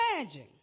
imagine